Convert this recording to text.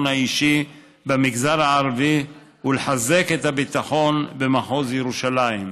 האישי במגזר הערבי ולחזק את הביטחון במחוז ירושלים.